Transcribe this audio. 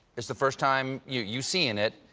it's the first time you've seen it.